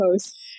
post